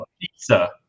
pizza